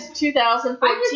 2015